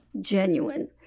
genuine